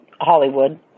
Hollywood